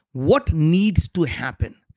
what needs to happen.